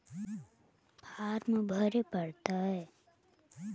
Farm भरे परतय?